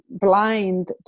blind